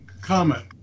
comment